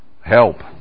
Help